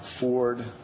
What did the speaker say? Ford